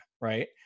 right